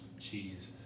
cheese